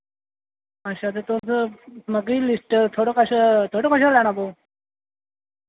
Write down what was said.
अच्छा ते तुस समग्री लिस्ट थुआढ़ी कच्छ थुआढ़े कशा लैना पौग